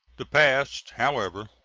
the past, however,